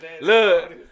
look